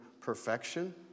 perfection